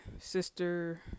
sister